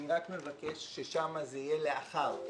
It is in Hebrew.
אני רק מבקש ששם זה יהיה: לאחר,